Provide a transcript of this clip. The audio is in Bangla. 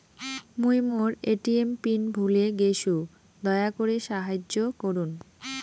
মুই মোর এ.টি.এম পিন ভুলে গেইসু, দয়া করি সাহাইয্য করুন